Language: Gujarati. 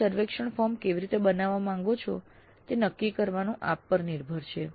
આપ સર્વેક્ષણ ફોર્મ કેવી રીતે બનાવવા માંગો છો તે નક્કી કરવાનું આપ પર નિર્ભર છે